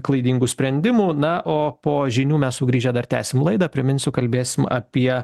klaidingų sprendimų na o po žinių mes sugrįžę dar tęsim laidą priminsiu kalbėsim apie